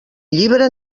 llibre